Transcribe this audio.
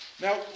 Now